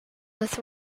with